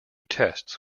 tests